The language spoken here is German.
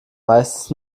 meistens